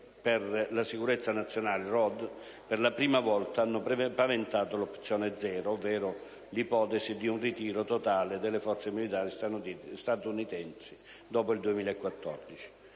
la sicurezza nazionale Rhodes, per la prima volta, hanno paventato "l'Opzione zero", ovvero l'ipotesi di un ritiro totale delle forze militari statunitensi dopo il 2014.